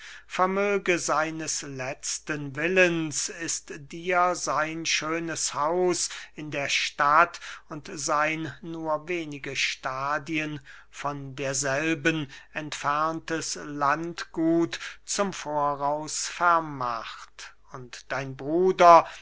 vermöge seines letzten willens ist dir sein schönes haus in der stadt und sein nur wenige stadien von derselben entferntes landgut zum voraus vermacht und dein bruder